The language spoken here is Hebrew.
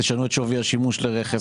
תשנו את שווי השימוש לרכב,